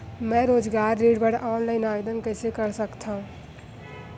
मैं रोजगार ऋण बर ऑनलाइन आवेदन कइसे कर सकथव?